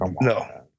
No